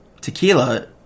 tequila